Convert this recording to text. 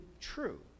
true